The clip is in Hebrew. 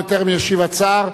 בטרם ישיב השר,